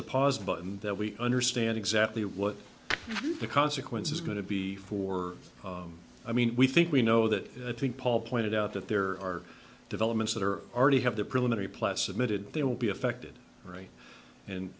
the pause button that we understand exactly what the consequence is going to be for i mean we think we know that i think paul pointed out that there are developments that are already have the preliminary plas admitted they will be affected right and